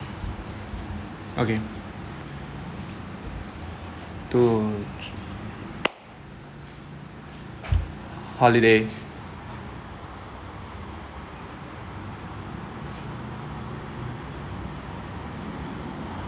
okay tour holiday